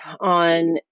on